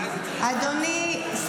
יסמין.